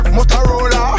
Motorola